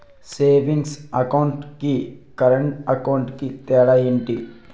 Savings account కి current account కి తేడా ఏమిటి?